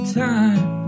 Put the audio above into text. time